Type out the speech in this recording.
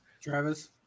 Travis